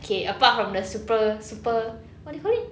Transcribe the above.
okay apart from the super super what do you call it